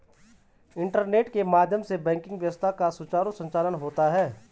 internet के माध्यम से बैंकिंग व्यवस्था का सुचारु संचालन होता है